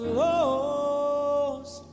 lost